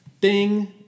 ding